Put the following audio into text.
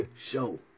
Show